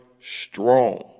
strong